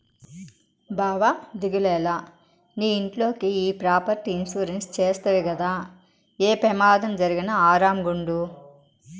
బావా దిగులేల, నీ ఇంట్లోకి ఈ ప్రాపర్టీ ఇన్సూరెన్స్ చేస్తవి గదా, ఏ పెమాదం జరిగినా ఆరామ్ గుండు